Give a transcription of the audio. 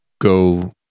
go